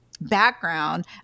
background